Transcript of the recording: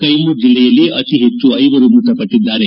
ಕೈಮುರ್ ಜಿಲ್ಲೆಯಲ್ಲಿ ಅತಿ ಹೆಚ್ಚು ಐವರು ಮೃತಪಟ್ಲಿದ್ದಾರೆ